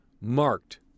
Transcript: marked